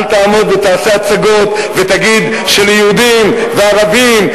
אל תעמוד ותעשה הצגות ותגיד שליהודים וערבים,